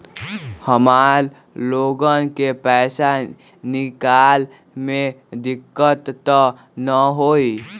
हमार लोगन के पैसा निकास में दिक्कत त न होई?